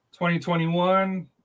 2021